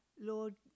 Lord